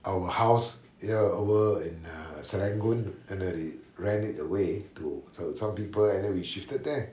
our house ya over in uh serangoon we rent it away to some people and then we shifted there